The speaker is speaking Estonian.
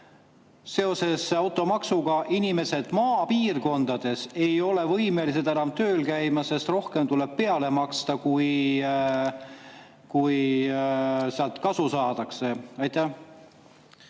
seoses automaksuga ei ole inimesed maapiirkondades võimelised enam tööl käima, sest rohkem tuleb peale maksta, kui sealt kasu saadakse. Aitäh,